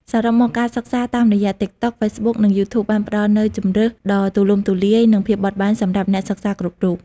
សរុបមក ការសិក្សាតាមរយៈ តិកតុក ហ្វេសបុក និង យូធូប បានផ្តល់នូវជម្រើសដ៏ទូលំទូលាយ និងភាពបត់បែនសម្រាប់អ្នកសិក្សាគ្រប់រូប។